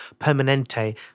Permanente